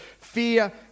fear